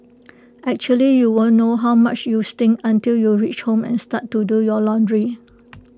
actually you won't know how much you stink until you reach home and start to do your laundry